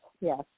yes